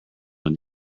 when